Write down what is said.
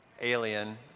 alien